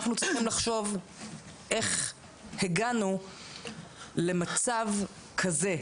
אנחנו צריכים לחשוב איך הגענו למצב כזה.